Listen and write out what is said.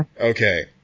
Okay